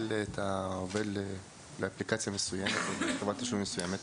את העובד לאפליקציה מסוימת או לחברת תשלומים מסוימת?